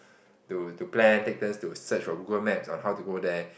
to to plan take turns to search for Google Maps on how to go there